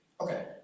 Okay